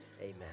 Amen